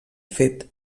fet